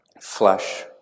flesh